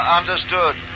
understood